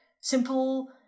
simple